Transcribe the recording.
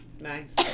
Nice